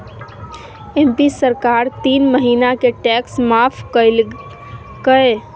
MP सरकार तीन महीना के टैक्स माफ कइल कय